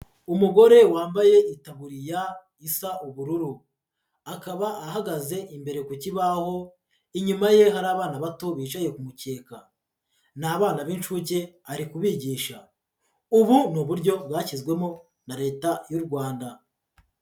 Umugore wambaye itaburiya isa ubururu. Akaba ahagaze imbere ku kibaho, inyuma ye hari abana bato bicaye ku mukeka. Ni abana b'incuke ari kubigisha. Ubu ni uburyo bwashyizwemo na Leta y'u Rwanda.